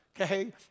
Okay